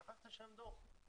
שכחתי שם דוח,